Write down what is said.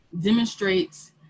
demonstrates